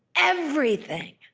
everything